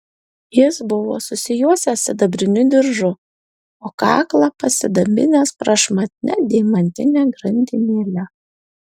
jis buvo susijuosęs sidabriniu diržu o kaklą pasidabinęs prašmatnia deimantine grandinėle